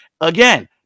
Again